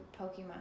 Pokemon